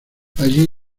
allí